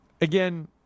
again